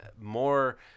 more